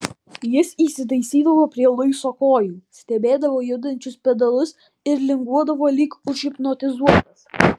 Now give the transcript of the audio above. jis įsitaisydavo prie luiso kojų stebėdavo judančius pedalus ir linguodavo lyg užhipnotizuotas